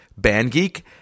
bandgeek